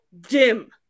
dim